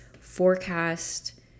forecast